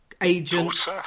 agent